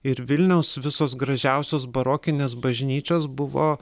ir vilniaus visos gražiausios barokinės bažnyčios buvo